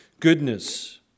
Goodness